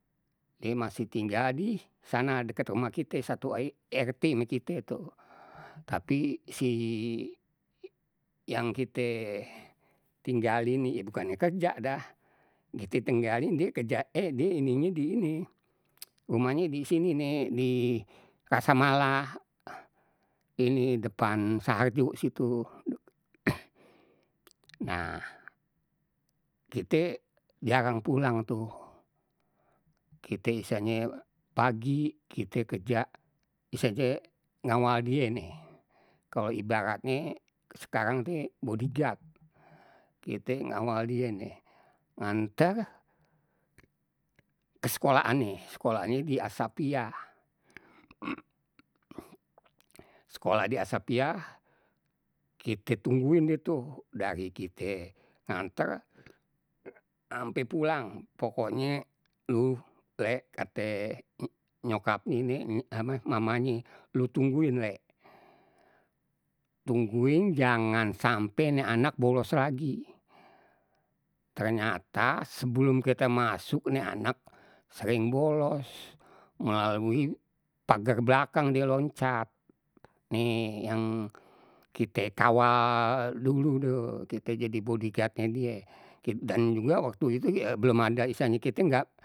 Die masih tinggal di sana deket rumah kite satu rt ma kie tu, tapi si yang kite tinggalin ni ya bukannya kerja dah, kite tinggalin die kerjae ini nye di ini rumahnye disini nih di rasamala ini depan saharjo situ, nah kite jarang pulang tuh kite istilahnye pagi kita kerja ngawal die nih, kalau ibaratnye sekarang ni body guard, kite ngawal die nih nganter ke sekolahan nih sekolahannye di assyafiiyah sekolah di assyafiiyah kite tungguin deh tu, dari kite nganter ampe pulang, pokoknye lu le kate nyokapnye nih apa mamahnye lu tungguin le. Tungguin jangan sampe ni anak bolos lagi, ternyata sebelum kita masuk ni anak sering bolos, melalui pager belakang die loncat, ni yang kite kawal dulu tu kite jadi body guardnye die, dan juga waktu itu belum ada istilahnye kite nggak.